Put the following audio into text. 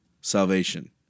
salvation